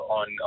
on